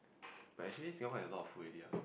but actually Singapore has a lot of food already ya